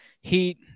heat